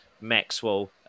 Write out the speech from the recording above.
Maxwell